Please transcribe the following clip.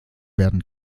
werden